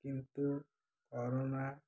କିନ୍ତୁ କରୋନା